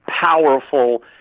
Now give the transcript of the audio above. powerful